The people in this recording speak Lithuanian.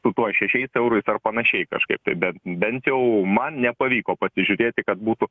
su tuo šešiais eurais ar panašiai kažkaip tai bet bent jau man nepavyko pasižiūrėti kad būtų